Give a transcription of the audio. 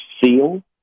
seal